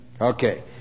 Okay